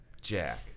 Jack